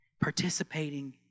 Participating